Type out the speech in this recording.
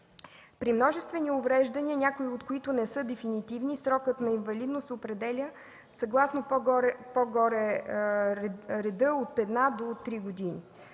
При множествени увреждания, някои от които не са дефинитивни, срокът на инвалидност, се определя съгласно по-горе споменатия ред – от 1 до 3 години.